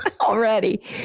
Already